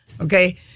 Okay